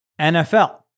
NFL